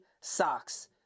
Socks